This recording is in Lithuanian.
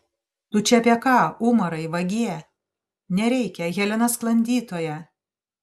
tu čia apie ką umarai vagie nereikia helena sklandytoja